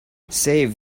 save